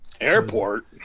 Airport